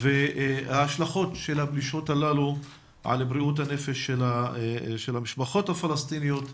וההשלכות של הפלישות הללו על בריאות הנפש של המשפחות הפלסטיניות,